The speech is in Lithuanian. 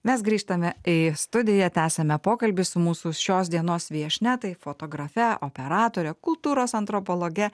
mes grįžtame į studiją tęsiame pokalbį su mūsų šios dienos viešnia tai fotografe operatore kultūros antropologe